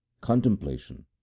contemplation